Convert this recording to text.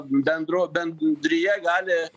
bendru bendrija gali